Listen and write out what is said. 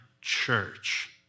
church